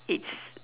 it's